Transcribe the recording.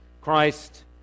Christ